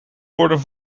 worden